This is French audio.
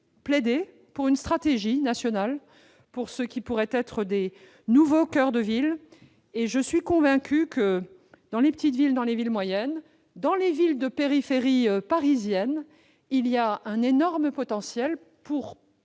plaider en faveur d'une stratégie nationale pour ce qui pourrait être des nouveaux coeurs de ville. J'en suis convaincue, dans les petites villes et les villes moyennes, comme dans les villes de la périphérie parisienne, il existe un énorme potentiel pour